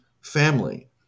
family